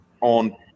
on